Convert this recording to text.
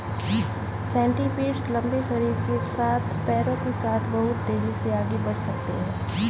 centipedes लंबे शरीर के साथ पैरों के साथ बहुत तेज़ी से आगे बढ़ सकते हैं